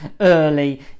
early